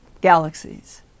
galaxies